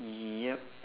yup